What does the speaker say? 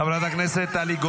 חמש דקות, אדוני.